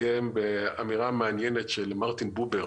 באמירה מעניינת של מרטין בובר,